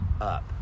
up